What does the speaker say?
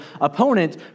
opponent